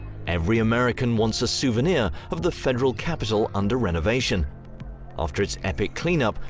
every american wants a souvenir of the federal capital under renovation after its epic clean up,